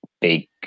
big